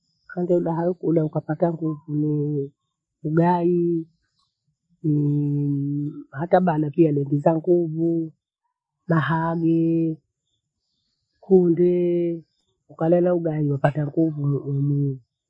Khande ula haikula ukapata nguvu nii ugayii, niii hata bana kia niongeza nguju. Nahamii, kundee, ukalela ugayi nipata nguvu we- wemie.